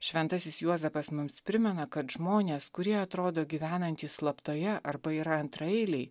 šventasis juozapas mums primena kad žmonės kurie atrodo gyvenantys slaptoje arba yra antraeiliai